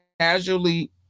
Casually